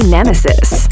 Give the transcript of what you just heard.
Nemesis